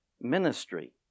ministry